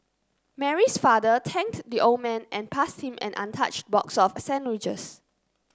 Mary's father thanked the old man and passed him an untouched box of sandwiches